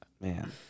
Man